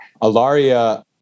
Alaria